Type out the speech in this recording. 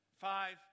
five